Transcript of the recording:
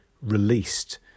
released